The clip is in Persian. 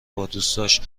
بادوستاش